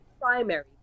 primary